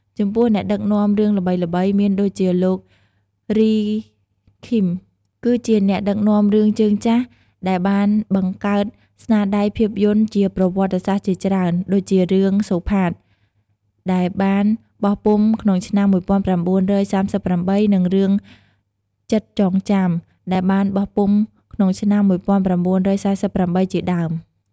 ចំពោះអ្នកដឹកនាំរឿងល្បីៗមានដូចជាលោក រី ឃីម គឺជាអ្នកដឹកនាំរឿងជើងចាស់ដែលបានបង្កើតស្នាដៃភាពយន្តជាប្រវត្តិសាស្ត្រជាច្រើន ដូចជារឿង សូផាត ដែលបានបោះពុម្ពក្នុងឆ្នាំ ១៩៣៨ និង រឿង ចិត្តចងចាំ ដែលបានបោះពុម្ពក្នុងឆ្នាំ ១៩៤៨ ជាដើម។